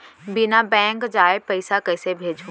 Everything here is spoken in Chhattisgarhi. बिना बैंक जाए पइसा कइसे भेजहूँ?